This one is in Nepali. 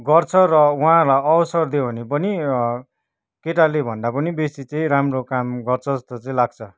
गर्छ र उहाँहरूलाई अवसर दियो भने पनि केटाले भन्दा पनि बेसी चाहिँ राम्रो काम गर्छ जस्तो चाहिँ लाग्छ